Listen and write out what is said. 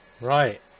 Right